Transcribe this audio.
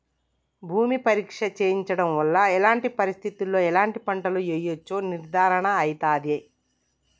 భూమి పరీక్ష చేయించడం వల్ల ఎలాంటి పరిస్థితిలో ఎలాంటి పంటలు వేయచ్చో నిర్ధారణ అయితదా?